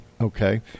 Okay